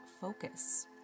focus